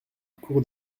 cour